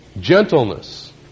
gentleness